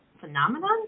Phenomenon